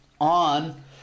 on